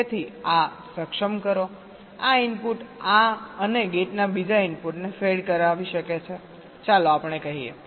તેથી આ સક્ષમ કરો આ ઇનપુટ આ અને ગેટના બીજા ઇનપુટને ફેડ કરાવી શકે છે ચાલો આપણે કહીએ